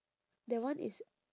that one is